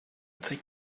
take